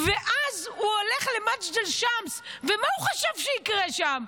ואז הוא הולך למג'דל שמס, ומה הוא חשב שיקרה שם?